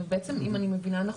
בעצם אם אני מבינה נכון,